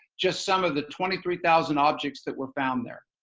just some of the twenty three thousand objects that were found there.